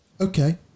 Okay